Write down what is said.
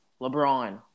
LeBron